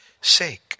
sake